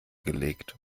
gelegt